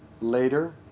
later